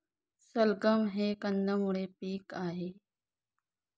सलगम हे कंदमुळ पीक आहे